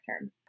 term